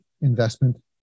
investment